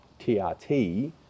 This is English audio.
TRT